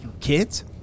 kids